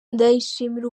ndayishimira